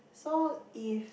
so if